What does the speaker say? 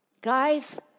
guys